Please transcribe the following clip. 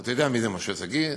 אתה יודע מי זה משה שגיא,